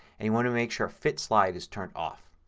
and you want to make sure fit slide is turned off.